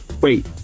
Wait